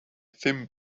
thin